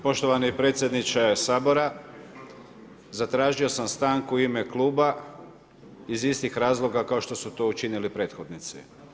Poštovani predsjedniče Sabora, zatražio sam stanku u ime kluba, iz istih razloga, kao što su to učinili prethodnici.